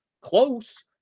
close